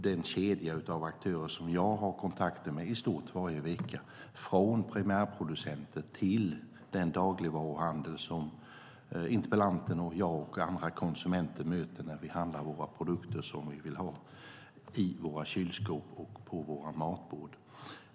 Den kedja av aktörer som jag har kontakter med i stort sett varje vecka sträcker sig från primärproducenter till den dagligvaruhandel som interpellanten, jag och andra konsumenter möter när vi handlar de produkter som vi vill ha i våra kylskåp och på våra matbord. Herr talman!